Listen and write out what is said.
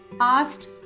asked